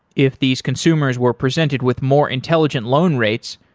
if these consumers were presented with more intelligent loan rates,